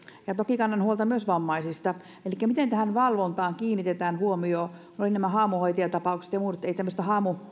ja toki kannan huolta myös vammaisista elikkä miten tähän valvontaan kiinnitetään huomiota oli nämä haamuhoitajatapaukset ja muut eikä tämmöistä